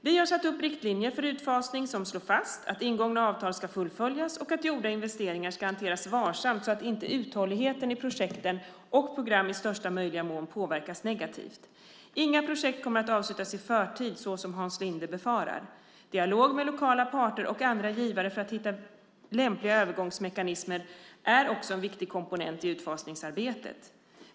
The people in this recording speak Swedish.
Vi har satt upp riktlinjer för utfasning som slår fast att ingångna avtal ska fullföljas och att gjorda investeringar ska hanteras varsamt så att inte uthålligheten i projekt och program i största möjliga mån påverkas negativt. Inga projekt kommer att avslutas i förtid så som Hans Linde befarar. Dialog med lokala parter och andra givare för att hitta lämpliga övergångsmekanismer är också en viktig komponent i utfasningsarbetet.